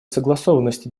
согласованности